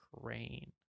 crane